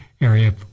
area